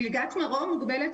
כן, מלגת מרום מוגבלת